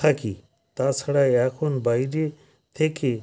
থাকি তাছাড়া এখন বাইরে থেকে